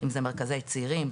אם זה מרכזי צעירים,